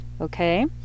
okay